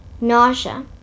nausea